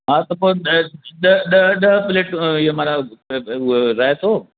हा त पोइ ॾह ॾह ॾह प्लेटूं ये माना मतिलब उहो रायतो